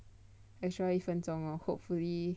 extra 一分钟 lor hopefully